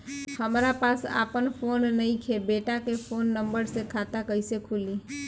हमरा पास आपन फोन नईखे बेटा के फोन नंबर से खाता कइसे खुली?